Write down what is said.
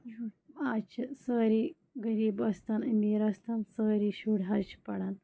اَز چھِ سٲری غریٖب ٲسۍ تَن امیٖر ٲسۍ تَن سٲری شُرۍ حظ چھِ پَران